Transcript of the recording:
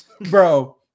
Bro